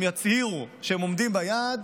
הם יצהירו שהם עומדים ביעד